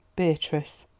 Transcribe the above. beatrice!